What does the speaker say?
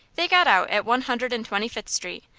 they got out at one hundred and twenty-fifth street,